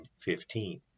15